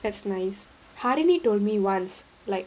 that's nice harley told me once like